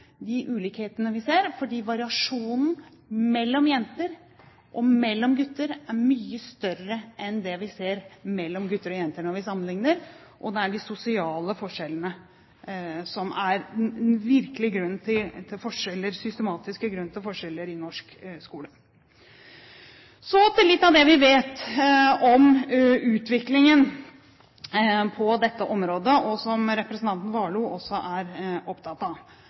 de ulikhetene vi ser, fordi variasjonen mellom jenter og mellom gutter er mye større enn det vi ser mellom gutter og jenter når vi sammenligner. Det er de sosiale forskjellene som er den virkelige – den systematiske – grunnen til forskjeller i norsk skole. Så til litt av det vi vet om utviklingen på dette området, og som representanten Warloe også er opptatt av.